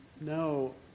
No